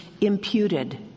imputed